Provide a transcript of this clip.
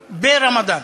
ברמדאן.